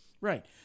Right